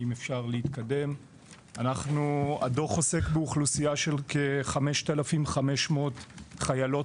הדוח עוסק באוכלוסיית של כ-5,500 חיילות